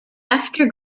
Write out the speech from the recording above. after